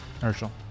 Herschel